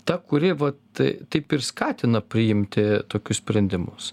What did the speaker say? ta kuri va taip taip ir skatina priimti tokius sprendimus